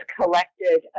collected